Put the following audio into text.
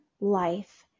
life